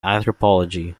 anthropology